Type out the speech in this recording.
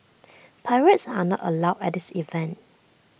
pirates are not allowed at this event